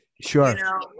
Sure